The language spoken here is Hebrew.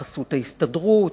בחסות ההסתדרות,